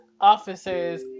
officers